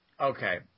okay